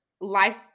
life